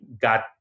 got